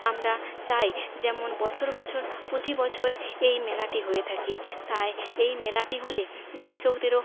আমরা চাই যেমন বছর বছর প্রতি বছর এই মেলাটি হয়ে থাকে তাই এই মেলাটি হলে কৃষকদেরও